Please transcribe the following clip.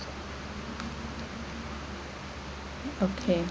okay